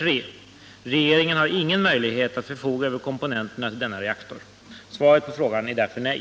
Regeringen har ingen möjlighet att förfoga över komponenterna till denna reaktor. Svaret på frågan är därför nej.